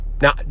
Now